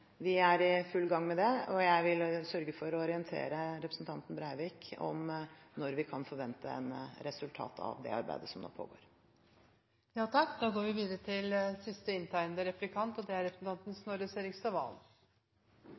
Vi er i full gang med det, og jeg vil sørge for å orientere representanten Breivik om når vi kan forvente et resultat av det arbeidet som nå